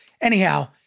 Anyhow